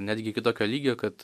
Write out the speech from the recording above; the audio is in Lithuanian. netgi iki tokio lygio kad